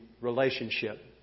relationship